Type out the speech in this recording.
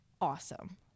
awesome